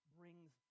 brings